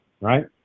right